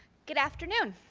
good afternoon.